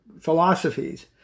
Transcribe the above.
philosophies